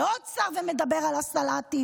ועוד שר ומדבר על הסלטים.